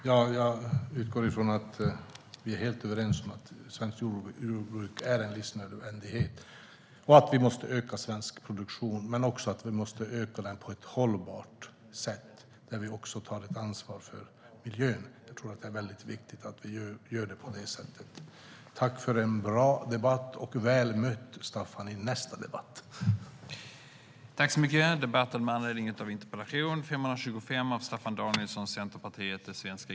Herr talman! Jag utgår från att vi är helt överens om att svenskt jordbruk är en livsnödvändighet och att vi måste öka den svenska produktionen, men också om att vi måste öka den på ett hållbart sätt och ta ansvar för miljön. Jag tror att det är väldigt viktigt att vi gör det på det sättet. Tack för en bra debatt, och väl mött i nästa debatt, Staffan!